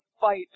fight